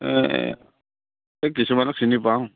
এই কিছুমানক চিনি পাওঁ